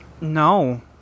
No